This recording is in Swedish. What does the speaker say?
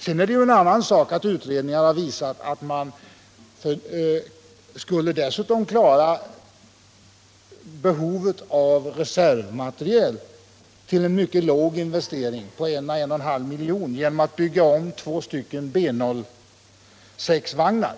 Sedan är det en annan fråga att utredningar har visat att man dessutom skulle klara behovet av reservmateriel genom en mycket låg investering på 1å 1,5 miljon för att bygga om två stycken Bo6-vagnar.